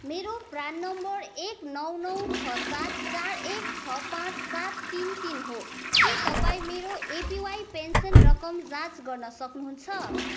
मेरो PRAN number एक नौ नौ छ सात चार एक छ पाँच सात तिन तिन हो के तपाईँ मेरो एपिवाई पेन्सन रकम जाँच गर्न सक्नुहुन्छ